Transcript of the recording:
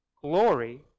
glory